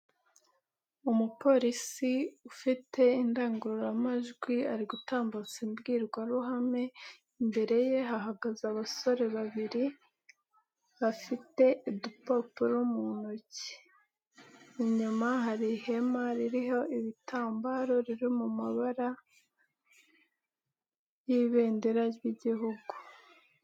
Umupolisi ufite indangururamajwi ari gutambutsa imbwirwaruhame, imbere ye hahagaze abasore babiri bafite udupapuro mu ntoki, inyuma hari ihema ririho ibitambaro riri mu mabara y'ibendera ry'Igihugu.